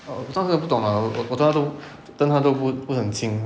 oh 我暂时不懂 liao 我我跟他都我跟他都不不是很亲